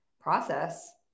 process